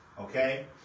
Okay